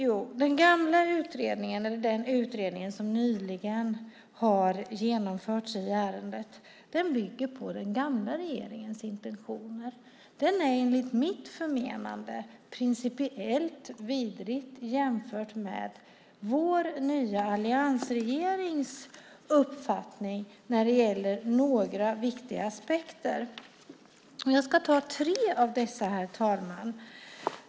Jo, den gamla utredningen, som nyligen genomfördes i ärendet, bygger på den gamla regeringens intentioner. Den är enligt mitt förmenande principiellt vidrig jämfört med vår nya alliansregerings uppfattning när det gäller några viktiga aspekter. Jag ska ta upp tre av dessa.